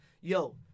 Yo